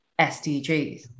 SDGs